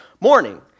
morning